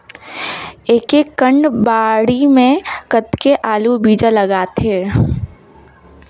एक एकड़ बाड़ी मे कतेक आलू बीजा लगथे?